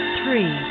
three